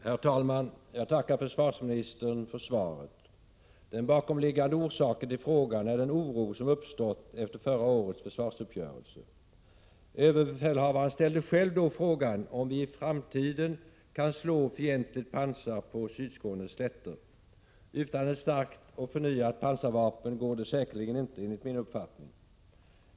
Herr talman! Jag tackar försvarsministern för svaret. Den bakomliggande orsaken till frågan är den oro som uppstått efter förra årets försvarsuppgörelse. Överbefälhavaren ställde själv frågan om vi i framtiden kan slå fientligt pansar på Sydskånes slätter. Enligt min uppfattning går det säkerligen inte utan ett starkt och förnyat pansarvapen.